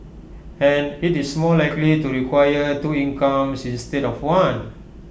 and IT is more likely to require two incomes instead of one